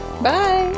bye